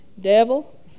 Devil